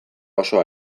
oso